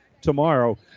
tomorrow